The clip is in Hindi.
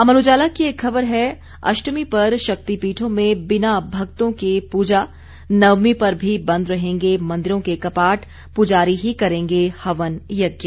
अमर उजाला की एक खबर है अष्टमी पर शक्तिपीठों में बिना भक्तों के पूजा नवमीं पर भी बंद रहेंगे मंदिरों के कपाट पुजारी ही करेंगे हवन यज्ञ